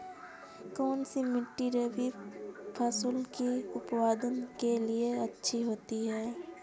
कौनसी मिट्टी रबी फसलों के उत्पादन के लिए अच्छी होती है?